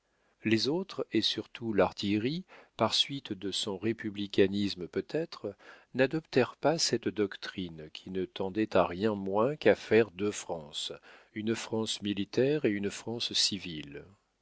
les autres et surtout l'artillerie par suite de son républicanisme peut-être n'adoptèrent pas cette doctrine qui ne tendait à rien moins qu'à faire deux frances une france militaire et une france civile